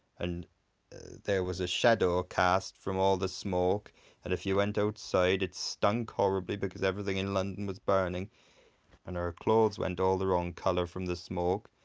and there was a shadow cast from all the smoke and if you went outside it stunk horribly because everything in london was burning and our clothes went all the wrong colour from the smoke